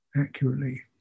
accurately